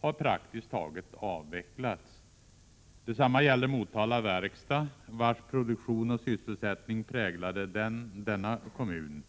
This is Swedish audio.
taget avvecklats. Detsamma gäller Motala Verkstad, vars produktion och sysselsättning präglade denna kommun.